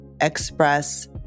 express